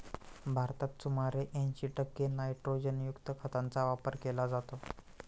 भारतात सुमारे ऐंशी टक्के नायट्रोजनयुक्त खतांचा वापर केला जातो